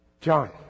John